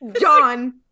John